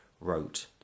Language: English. wrote